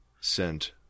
sent